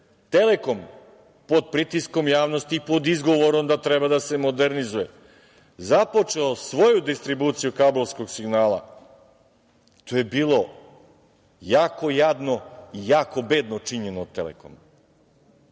„Telekom“ pod pritiskom javnosti i pod izgovorom da treba da se modernizuje, započeo svoju distribuciju kablovskog signala, to je bilo jako jadno i jako bedno učinjeno „Telekomu“.